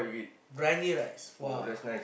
briyani rice !wah!